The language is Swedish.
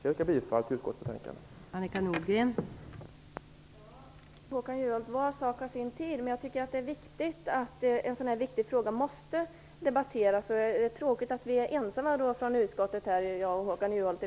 Jag yrkar bifall till utskottets hemställan i betänkandet.